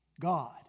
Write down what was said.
God